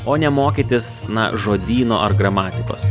o ne mokytis žodyno ar gramatikos